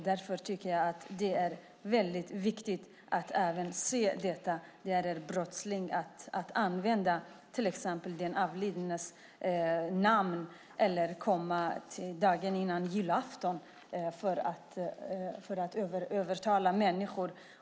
Därför tycker jag att det är väldigt viktigt att se att det är brottsligt att till exempel använda en avliden persons namn eller komma dagen före julafton för att övertala människor.